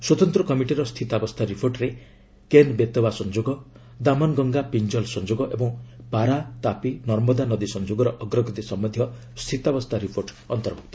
ସ୍ୱତନ୍ତ୍ର କମିଟିର ସ୍ଥିତାବସ୍ଥା ରିପୋର୍ଟରେ କେନ୍ ବେତୱା ସଂଯୋଗ ଦାମନ୍ଗଙ୍ଗା ପିଞ୍ଜଲ୍ ସଂଯୋଗ ଓ ପାରା ତାପି ନର୍ମଦା ନଦୀ ସଂଯୋଗର ଅଗ୍ରଗତି ସମ୍ୟନ୍ଧୀୟ ସ୍ଥିତାବସ୍ଥା ରିପୋର୍ଟ ଅନ୍ତର୍ଭୁକ୍ତ